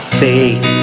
faith